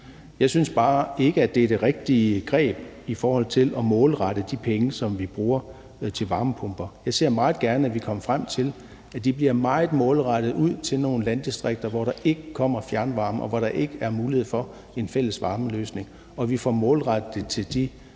Jeg synes bare ikke, at det er det rigtige greb i forhold til at målrette de penge, som vi bruger, til varmepumper. Jeg ser meget gerne, at vi kommer frem til, at de bliver meget målrettet til nogle landdistrikter, hvor der ikke kommer fjernvarme, og hvor der ikke er mulighed for en fælles varmeløsning, og at vi får målrettet det til de